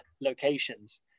locations